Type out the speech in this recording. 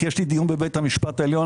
כי יש לי דיון בבית המשפט העליון.